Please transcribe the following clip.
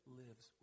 lives